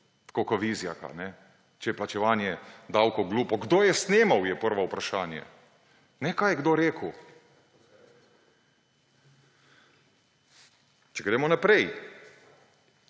tako kot Vizjaka, če je plačevanje davkov glupo. Kdo je snemal, je prvo vprašanje, in ne, kaj je kdo rekel. Če gremo naprej.